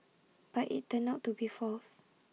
but IT turned out to be false